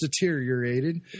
deteriorated